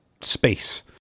space